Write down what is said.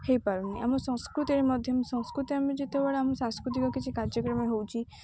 ହେଇପାରୁନି ଆମ ସଂସ୍କୃତିରେ ମଧ୍ୟ ସଂସ୍କୃତି ଆମେ ଯେତେବେଳେ ଆମ ସାଂସ୍କୃତିକ କିଛି କାର୍ଯ୍ୟକ୍ରମ ହେଉଛି